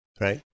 Right